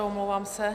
Omlouvám se.